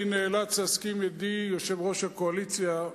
אני נאלץ להסכים עם ידידי יושב-ראש הקואליציה,